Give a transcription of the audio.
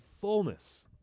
fullness